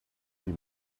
die